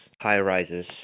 high-rises